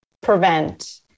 prevent